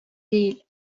değil